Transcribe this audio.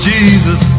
Jesus